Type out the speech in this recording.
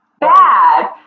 bad